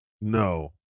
no